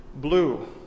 blue